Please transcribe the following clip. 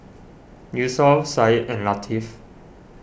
Yusuf Said and Latif